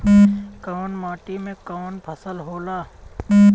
कवन माटी में कवन फसल हो ला?